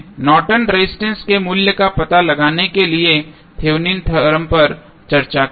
Norton resistance Nortons resistance के मूल्य का पता लगाने के लिए थेवेनिन थ्योरम Thevenins theorem पर चर्चा करना